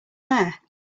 there